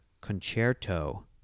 Concerto